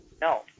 No